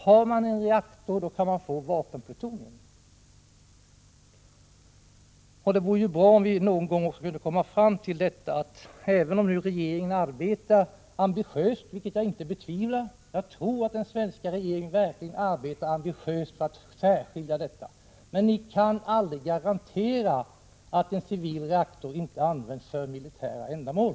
Har man en reaktor, då kan man få vapenplutonium. Det vore bra om vi någon gång också kunde komma fram till detta. Även om regeringen arbetar ambitiöst när det gäller att göra denna särskillnad — jag betvivlar inte att den svenska regeringen verkligen arbetar ambitiöst — kan den aldrig garantera att en civil reaktor inte används för militära ändamål.